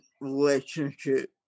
relationship